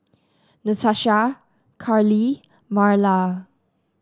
Natasha Carli Marla